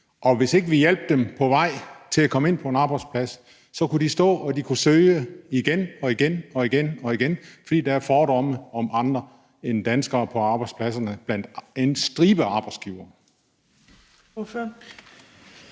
og hvis ikke vi hjalp dem på vej til at komme ind på en arbejdsplads, så kunne de stå og de kunne søge igen og igen, fordi der er fordomme om andre end danskere på arbejdspladserne blandt en stribe arbejdsgivere.